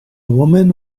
woman